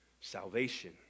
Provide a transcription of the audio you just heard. Salvation